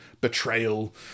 betrayal